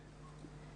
בבקשה.